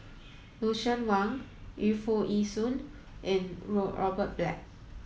Lucien Wang Yu Foo Yee Shoon and Robert Black